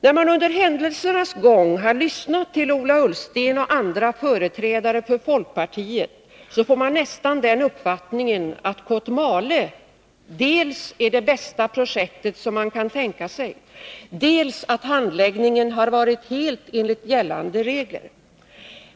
När man under händelsernas gång har lyssnat till Ola Ullsten och andra — Nr 175 företrädare för folkpartiet, får man nästan den uppfattningen att Kotmale Fredagen den dels är det bästa projekt som man kan tänka sig, dels att handläggningen varit — 11 juni 1982 helt enligt gällande regler.